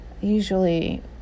usually